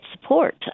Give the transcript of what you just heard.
support